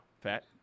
Fat